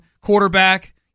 quarterback